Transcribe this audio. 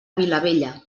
vilabella